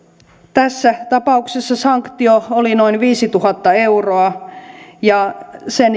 tässä tapauksessa sanktio oli noin viisituhatta euroa ja sen